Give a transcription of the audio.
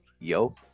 yo